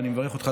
ואני מברך אותך,